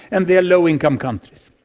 and there low income countries.